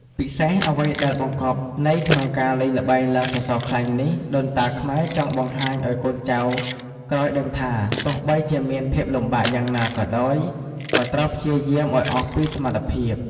ពិសេសអ្វីដែលបង្គប់ន័យក្នុងការលេងល្បែងឡើងសសរខ្លាញ់នេះ ដូនតាខ្មែរចង់បង្ហាញឲ្យកូនចៅក្រោយដឹងថា ទោះបីជាមានភាពលំបាកយ៉ាងណាក៏ដោយត្រូវព្យាយាមឲ្យអស់ពីសមត្ថភាព។